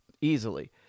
easily